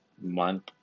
month